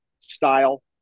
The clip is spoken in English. style